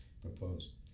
proposed